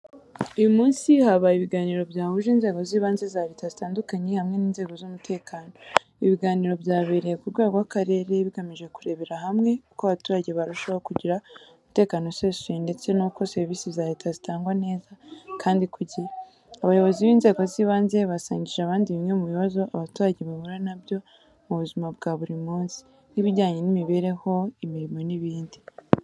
Uyu munsi habaye ibiganiro byahuje inzego z’ibanze za Leta zitandukanye hamwe n’inzego z’umutekano. Ibi biganiro byabereye ku rwego rw’akarere, bigamije kurebera hamwe uko abaturage barushaho kugira umutekano usesuye ndetse n’uko serivisi za Leta zitangwa neza kandi ku gihe. Abayobozi b’inzego z’ibanze basangije abandi bimwe mu bibazo abaturage bahura na byo mu buzima bwa buri munsi, nk’ibijyanye n’imibereho, imirimo n’ibindi.